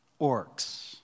orcs